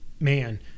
Man